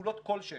בגבולות כלשהם,